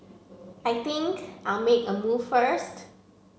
I think I'll make a move first